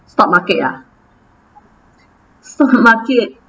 stock market ah stock market